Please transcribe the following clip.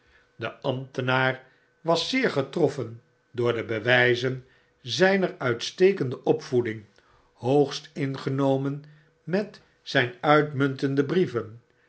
de ambtenaar was zeer getroffen door de bewijzen zijner uitstekende opvoeding hoogst ingenomen met zijn uitmuntende brieven